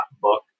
book